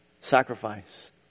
sacrifice